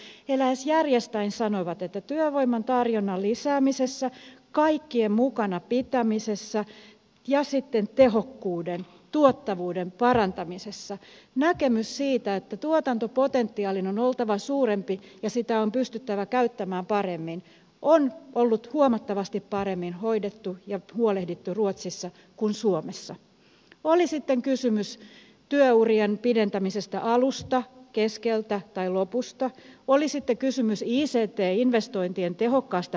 he lähes järjestään sanoivat että työvoiman tarjonnan lisäämisessä kaikkien mukana pitämisessä ja sitten tehokkuuden ja tuottavuuden parantamisessa näkemys siitä että tuotantopotentiaalin on oltava suurempi ja sitä on pystyttävä käyttämään paremmin on ollut huomattavasti paremmin hoidettu ja huolehdittu ruotsissa kuin suomessa oli sitten kysymys työurien pidentämisestä alusta keskeltä tai lopusta oli sitten kysymys ict investointien tehokkaasta hoitamisesta